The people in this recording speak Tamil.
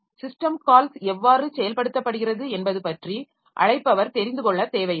சிஸ்டம் கால்ஸ் எவ்வாறு செயல்படுத்தப்படுகிறது என்பது பற்றி அழைப்பவர் தெரிந்து கொள்ள தேவையில்லை